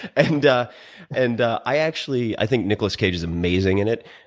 and and and i i actually i think nicholas cage is amazing in it,